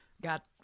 got